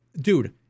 dude